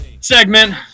segment